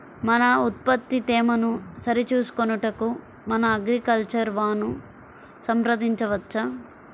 మన ఉత్పత్తి తేమను సరిచూచుకొనుటకు మన అగ్రికల్చర్ వా ను సంప్రదించవచ్చా?